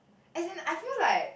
as in I feel like